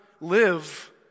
live